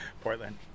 Portland